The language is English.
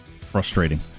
Frustrating